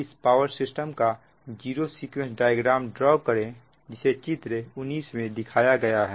इस power system का zero sequence diagram draw करें जिसे चित्र 19 में दिखाया गया है